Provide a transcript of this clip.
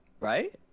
Right